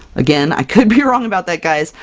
again, i could be wrong about that guys.